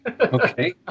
Okay